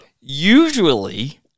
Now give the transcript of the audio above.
Usually –